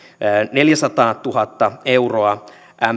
neljäsataatuhatta euroa